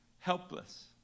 helpless